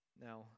Now